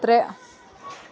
ترٛےٚ